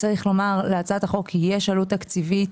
צריך לומר להצעת החוק כי יש עלות תקציבית